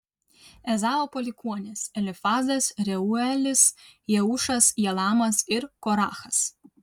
ezavo palikuonys elifazas reuelis jeušas jalamas ir korachas